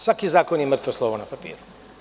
Svaki zakon je mrtvo slovo na papiru.